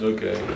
Okay